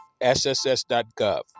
sss.gov